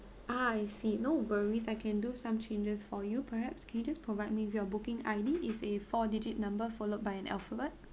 ah I see no worries I can do some changes for you perhaps can you just provide me with your booking I_D it's a four digit number followed by an alphabet